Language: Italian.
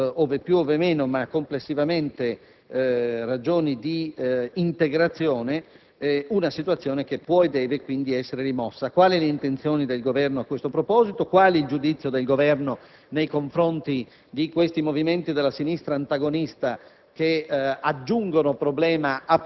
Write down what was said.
i flussi migratori hanno trovato, ove più ove meno, ma complessivamente, ragioni di integrazione; è una situazione che può e deve essere rimossa. Qual è l'intenzione del Governo a questo proposito e quale il giudizio del Governo nei confronti dei movimenti della sinistra antagonista